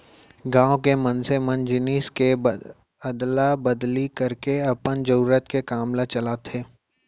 गाँव के मनसे मन जिनिस के अदला बदली करके अपन जरुरत के काम ल चलाथे